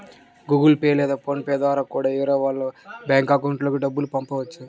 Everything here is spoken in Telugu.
గుగుల్ పే లేదా ఫోన్ పే ద్వారా కూడా వేరే వాళ్ళ బ్యేంకు అకౌంట్లకి డబ్బుల్ని పంపొచ్చు